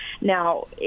Now